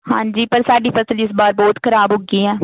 ਹਾਂਜੀ ਪਰ ਸਾਡੀ ਫ਼ਸਲ ਇਸ ਬਾਰ ਬਹੁਤ ਖ਼ਰਾਬ ਹੋ ਗਈ ਆ